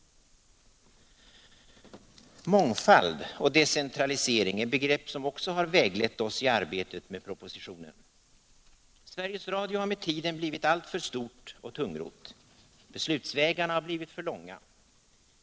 Mångfald och decentralisering är begrepp som också väglett oss i arbetet med propositionen. Sveriges Radio har med tiden blivit alltför stort och tungrott. Beslutsvägarna har blivit för långa.